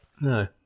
No